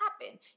happen